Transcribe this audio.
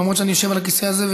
למרות שאני יושב על הכיסא הזה,